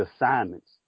assignments